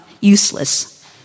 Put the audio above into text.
useless